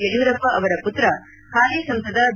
ಯಡಿಯೂರಪ್ಪ ಅವರ ಪುತ್ರ ಹಾಲಿ ಸಂಸದ ಬಿ